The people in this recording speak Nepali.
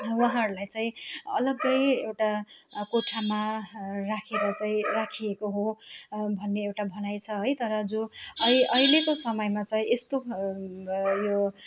उहाँहरूलाई चाहिँ अलग्गै एउटा कोठामा राखेर चाहिँ राखिएको हो भन्ने एउटा भनाइ छ है तर जो अ अहिलेको समयमा चाहिँ यस्तो यो